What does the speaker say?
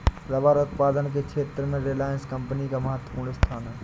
rubber उत्पादन के क्षेत्र में रिलायंस कम्पनी का महत्त्वपूर्ण स्थान है